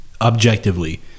objectively